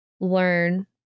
learn